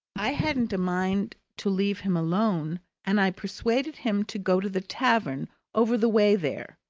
i hadn't a mind to leave him alone and i persuaded him to go to the tavern over the way there,